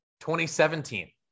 2017